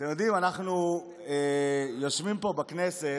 אתם יודעים, אנחנו יושבים פה בכנסת